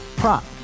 prop